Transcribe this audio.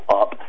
up